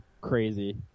crazy